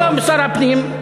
היום שר הפנים,